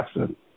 absent